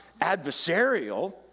adversarial